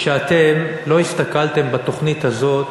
שאתם לא הסתכלתם בתוכנית הזאת